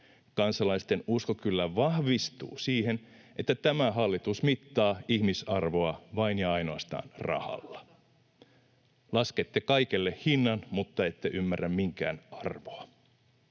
Kansalaisten usko kyllä vahvistuu siihen, että tämä hallitus mittaa ihmisarvoa vain ja ainoastaan rahalla. [Krista Kiurun välihuuto] Laskette kaikelle hinnan, mutta ette ymmärrä minkään arvoa.